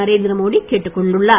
நரேந்திர மோடி கேட்டுக்கொண்டுள்ளார்